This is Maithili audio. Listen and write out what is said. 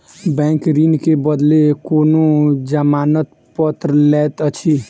बैंक ऋण के बदले कोनो जमानत पत्र लैत अछि